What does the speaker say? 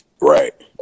Right